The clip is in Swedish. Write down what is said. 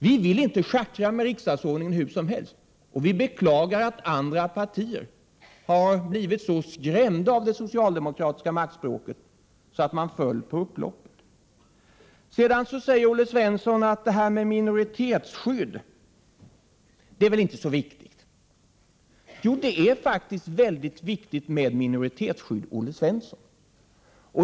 Vi vill inte schackra med riksdagsordningen hur som helst, och vi beklagar att andra partier blev så skrämda av det socialdemokratiska maktspråket att de föll på upploppet. Olle Svensson säger att det här med minoritetsskydd är väl inte så viktigt. Jo, det är faktiskt mycket viktigt med minoritetsskydd, Olle Svensson.